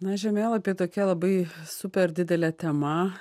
na žemėlapiai tokia labai super didelė tema